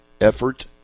effort